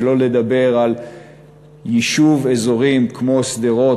שלא לדבר על יישוב באזורים כמו שדרות.